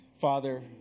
Father